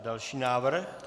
Další návrh.